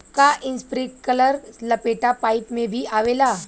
का इस्प्रिंकलर लपेटा पाइप में भी आवेला?